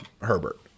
Herbert